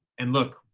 and look,